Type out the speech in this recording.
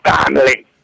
family